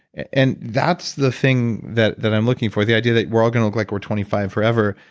and that's the thing that that i'm looking for. the idea that we're all going to look like we're twenty five forever,